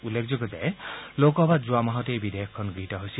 উল্লেখযোগ্য যে লোকসভাত যোৱা মাহতে এই বিধেয়খন গৃহীত হৈছিল